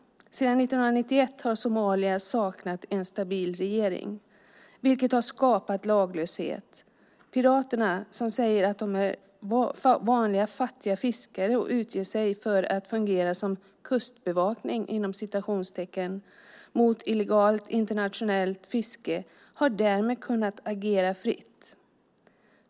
Sedan 1991 har Somalia saknat en stabil regering, vilket har skapat laglöshet. Piraterna, som säger att de är vanliga fattiga fiskare och utger sig för att fungera som "kustbevakning" mot illegalt internationellt fiske, har därmed kunnat agera fritt.